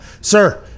sir